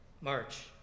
March